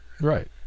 Right